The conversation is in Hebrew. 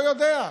אני לא יודע.